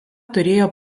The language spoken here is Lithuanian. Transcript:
turėjo